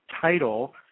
title